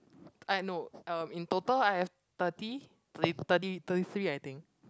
eh no um in total I have thirty thirty thirty three I think